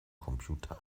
computer